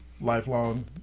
lifelong